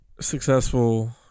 successful